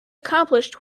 accomplished